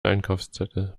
einkaufszettel